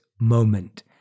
moment